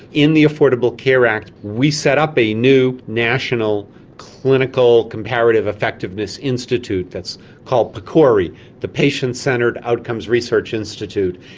in the affordable care act we set up a new national clinical comparative effectiveness institute that's called, pcori, the patient centred outcomes research institute,